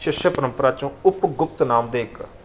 ਸ਼ਿਸ਼ਿਐ ਪਰੰਪਰਾ 'ਚੋਂ ਉਕਤ ਗੁਪਤ ਨਾਮ ਦੇ ਇੱਕ